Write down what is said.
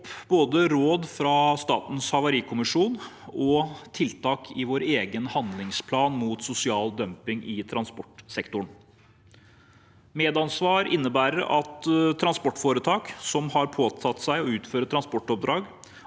både råd fra Statens havarikommisjon og tiltak i vår egen handlingsplan mot sosial dumping i transportsektoren. Medansvaret innebærer at transportforetak som har påtatt seg å utføre transportoppdrag,